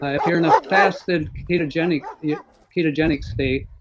ah if you're in a fasted ketogenic yeah ketogenic state,